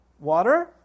water